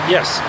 Yes